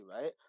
right